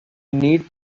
need